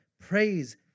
praise